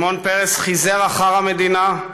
שמעון פרס חיזר אחר המדינה,